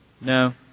No